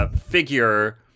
Figure